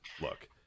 look